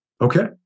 Okay